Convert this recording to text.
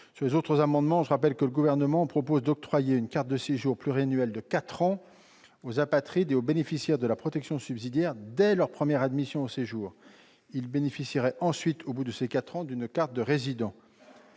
Sur les autres amendements, je tiens à rappeler que le Gouvernement propose d'octroyer une carte de séjour pluriannuelle de quatre ans aux apatrides et aux bénéficiaires de la protection subsidiaire dès leur première admission au séjour. Ils bénéficieraient ensuite, au terme de ces quatre ans, d'une carte de résident.